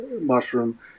mushroom